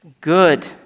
good